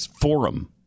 forum